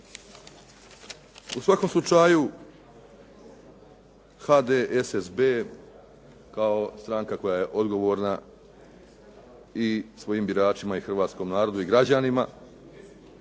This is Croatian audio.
U svakom slučaju HDSSB kao stranka koja je odgovorna i svojim biračima i Hrvatskom narodu i građanima